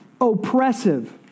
oppressive